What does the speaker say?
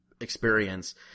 experience